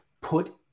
put